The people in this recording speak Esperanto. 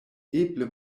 eble